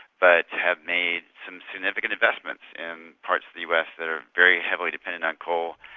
but have made some significant investments in parts of the us that are very heavily dependent on coal.